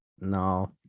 No